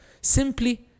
Simply